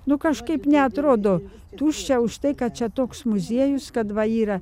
nu kažkaip neatrodo tuščia už tai kad čia toks muziejus kad va yra